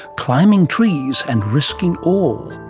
climbing trees and risking all.